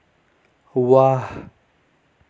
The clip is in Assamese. ৱাহ